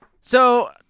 So-